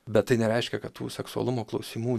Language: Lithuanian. bet tai nereiškia kad tų seksualumo klausimų